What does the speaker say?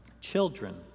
children